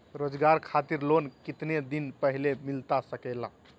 रोजगार खातिर लोन कितने दिन पहले मिलता सके ला?